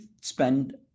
spend